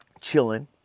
chilling